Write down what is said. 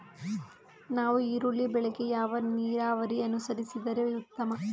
ನಾವು ಈರುಳ್ಳಿ ಬೆಳೆಗೆ ಯಾವ ನೀರಾವರಿ ಅನುಸರಿಸಿದರೆ ಉತ್ತಮ?